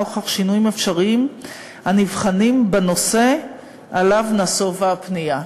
נוכח שינויים אפשריים הנבחנים בנושא שעליו נסבה הפנייה.